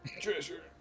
Treasure